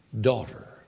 Daughter